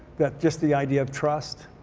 that just the idea of trust,